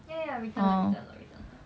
ya return 了 return 了 return 了